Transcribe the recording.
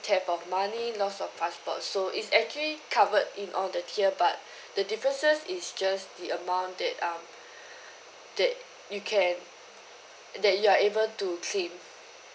theft of money loss of passport so it's actually covered in all the tier but the differences is just the amount that um that you can that you are able to claim